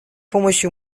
помощью